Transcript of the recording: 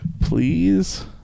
Please